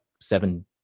seven